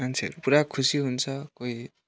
मान्छेहरू पुरा खुसी हुन्छ कोही